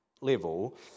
level